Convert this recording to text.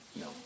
no